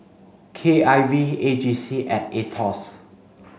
K I V A J C and AETOS